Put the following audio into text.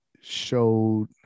showed